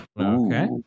Okay